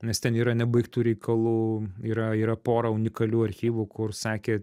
nes ten yra nebaigtų reikalų yra yra pora unikalių archyvų kur sakė